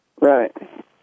Right